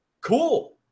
Cool